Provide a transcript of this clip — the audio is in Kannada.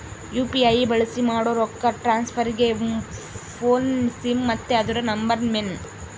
ಯು.ಪಿ.ಐ ಬಳ್ಸಿ ಮಾಡೋ ರೊಕ್ಕ ಟ್ರಾನ್ಸ್ಫರ್ಗೆ ಫೋನ್ನ ಸಿಮ್ ಮತ್ತೆ ಅದುರ ನಂಬರ್ ಮೇನ್